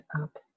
up